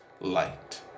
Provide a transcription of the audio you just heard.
light